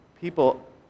people